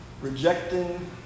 Rejecting